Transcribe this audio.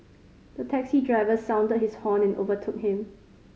the taxi driver sounded his horn and overtook him